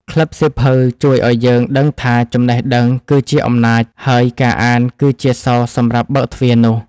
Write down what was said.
ក្លឹបសៀវភៅជួយឱ្យយើងដឹងថា ចំណេះដឹងគឺជាអំណាច ហើយការអានគឺជាសោសម្រាប់បើកទ្វារនោះ។